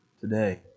today